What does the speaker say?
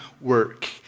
work